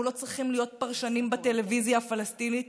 אנחנו לא צריכים להיות פרשנים בטלוויזיה הפלסטינית